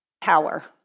power